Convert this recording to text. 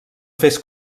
fes